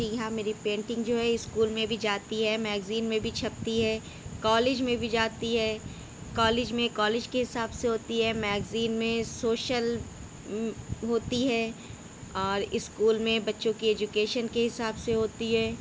جی ہاں میری پینٹنگ جو ہے اسکول میں جاتی ہے میگزین میں بھی چھپتی ہے کالج میں بھی جاتی ہے کالج میں کالج کے حساب سے ہوتی ہے میگزین میں سوشل ہوتی ہے اور اسکول میں بچوں کے ایجوکیشن کے حساب سے ہوتی ہے